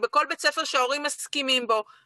שהוא רק תחילת החורף, ספגנו עוד הפסקות חשמל.